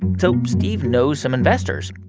so steve know some investors,